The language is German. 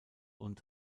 und